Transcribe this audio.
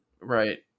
right